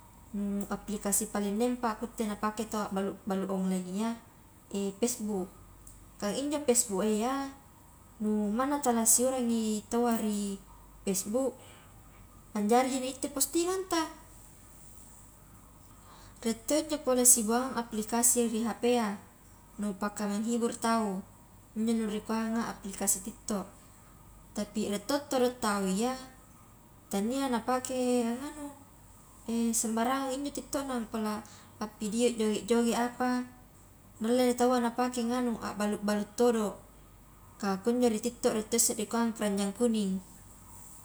Nu aplikasi paling nempa kutte napake taua a balu online iya pesbuk, ka injo pesbuk a iya nu manna tawwa la siurangi taua ri pesbuk, anjarimi na itte postinganta, rie to injo pole sibuangang aplikasi ri hp a. nu paka menghibur tau injo nu rikuanga aplikasi tiktok, tapi rie to todo tau iya tania napake anganu sembarangang injo tiktokna pela, appidio i joge-joge apa, nullemi taua napake nganu a balu-balu todo, kah kunjo ri tiktok rie tosse nikuang keranjang kuning.